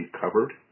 covered